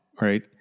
right